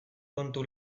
kontu